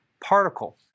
particle